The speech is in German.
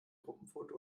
gruppenfoto